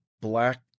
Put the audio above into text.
black